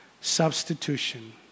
Substitution